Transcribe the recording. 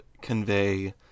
convey